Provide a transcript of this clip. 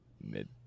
mid